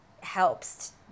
helps